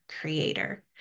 creator